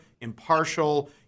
impartial